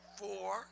four